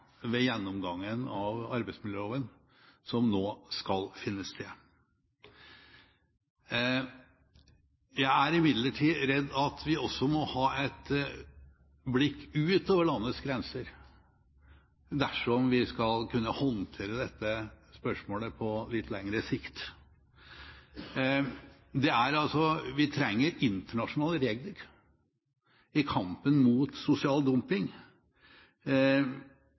ved gjennomgangen av arbeidsmiljøloven, som nå skal finne sted. Jeg er imidlertid redd for at vi også må ha et blikk utover landets grenser dersom vi skal kunne håndtere dette spørsmålet på litt lengre sikt. Vi trenger internasjonale regler i kampen mot sosial dumping